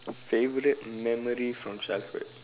favourite memory from childhood